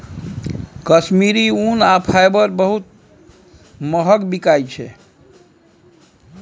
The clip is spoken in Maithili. कश्मीरी ऊन आ फाईबर बहुत महग बिकाई छै